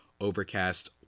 Overcast